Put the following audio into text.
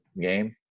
game